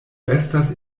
estas